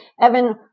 Evan